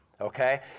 okay